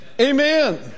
Amen